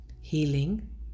healing